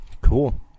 Cool